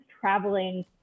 traveling